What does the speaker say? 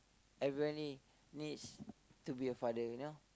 everybody needs to be a father you know